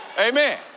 Amen